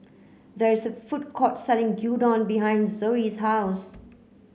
there is a food court selling Gyudon behind Zoie's house